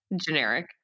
generic